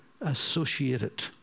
associated